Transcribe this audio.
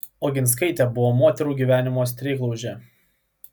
oginskaitė buvo moterų gyvenimo streiklaužė